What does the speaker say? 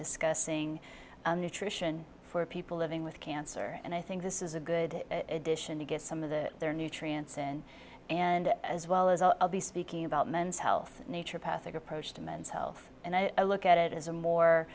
discussing nutrition for people living with cancer and i think this is a good it dition to get some of the their nutrients in and as well as i'll be speaking about men's health nature path approach to men's health and i look at it as a more